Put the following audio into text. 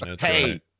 Hey